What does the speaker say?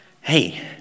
Hey